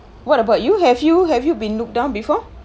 what about you have you have you been look down before